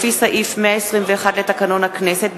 לפי סעיף 121 לתקנון הכנסת,